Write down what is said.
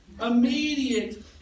immediate